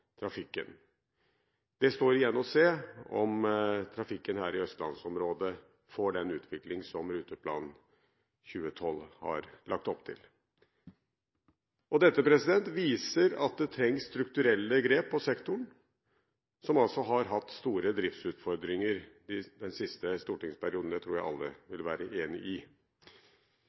Det står igjen å se om trafikken her i østlandsområdet får den utvikling som Ruteplan 2012 har lagt opp til. Dette viser at det trengs strukturelle grep i sektoren, som altså har hatt store driftsutfordringer den siste stortingsperioden – det tror jeg alle vil være enig i.